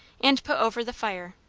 and put over the fire,